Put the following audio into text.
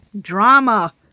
Drama